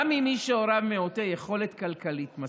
גם למי שהוריו מעוטי יכולת כלכלית מספיקה,